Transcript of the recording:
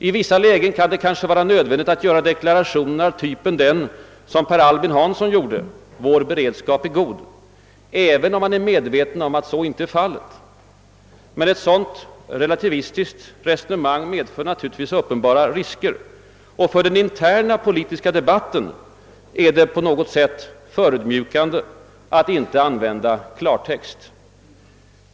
I vissa lägen kan det kanske vara nödvändigt att göra deklarationer av den typ som Per Albin Hansson gjorde: »Vår beredskap är god», även om man är medveten om att så inte är fallet, men ett sådant relativistiskt resonemang medför uppenbara risker, och för den interna politiska debatten är det på något sätt förödmjukande att inte använda klartext.